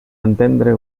entendre